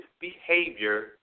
behavior